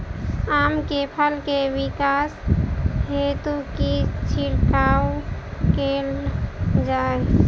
आम केँ फल केँ विकास हेतु की छिड़काव कैल जाए?